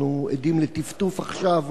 אנחנו עדים לטפטוף עכשיו,